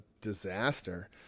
disaster